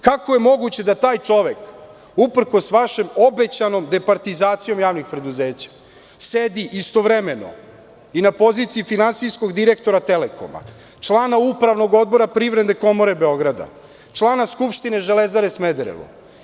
Kako je moguće da taj čovek, uprkos vašoj obećanoj departizaciji javnih preduzeća sedi istovremeno i na poziciji finansijskog direktora „Telekoma“, člana Upravnog odbora Privredne komore Beograda, člana Skupštine „Železare Smederevo“